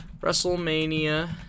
WrestleMania